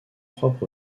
propre